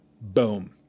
boom